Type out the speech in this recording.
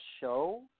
show